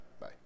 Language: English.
bye